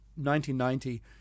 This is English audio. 1990